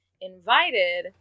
invited